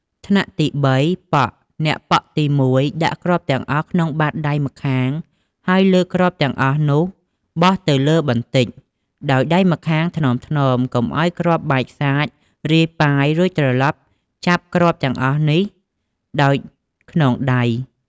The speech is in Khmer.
ថ្នាក់ទី៣ ប៉ក់ អ្នកប៉ក់ទី១ ដាក់គ្រាប់ទាំងអស់ក្នុងបាតដៃម្ខាង ហើយលើកគ្រាប់ទាំងអស់នោះបោះទៅលើបន្តិច ដោយដៃម្ខាងថ្នមៗ កុំឲ្យគ្រាប់បាចសាចរាយប៉ាយរួចត្រឡប់ចាប់គ្រាប់ទាំងអស់នេះដោយខ្នងដៃ។